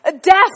death